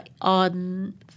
on